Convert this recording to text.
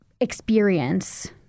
experience